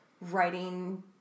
writing